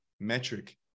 metric